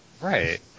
Right